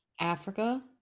africa